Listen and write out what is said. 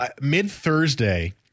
mid-Thursday